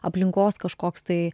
aplinkos kažkoks tai